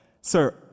Sir